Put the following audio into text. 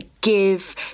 give